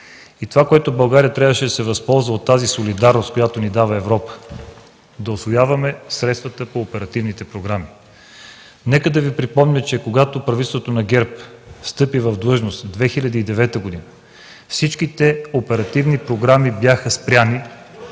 и това, от което България трябваше да се възползва от тази солидарност, която ни даде Европа – да усвояваме средствата по оперативните програми? Нека да Ви припомня, че когато правителството на ГЕРБ встъпи в длъжност 2009 г., всички оперативни програми бяха спрени